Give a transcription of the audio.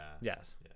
Yes